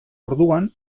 orduan